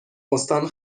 استان